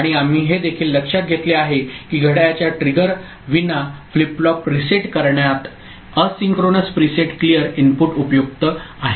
आणि आम्ही हे देखील लक्षात घेतले आहे की घड्याळाच्या ट्रिगरविना फ्लिप फ्लॉप रीसेट करण्यात एसिन्क्रोनस प्रीसेट क्लियर इनपुट उपयुक्त आहेत